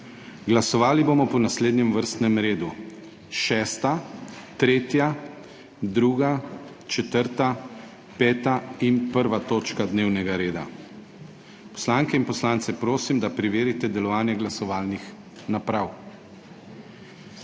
Glasovali bomo po naslednjem vrstnem redu: 6., 3., 2., 4., 5. in 1. točka dnevnega reda. Poslanke in poslance prosim, da preverite delovanje glasovalnih naprav.